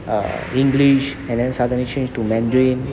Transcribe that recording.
uh english and then suddenly change to mandarin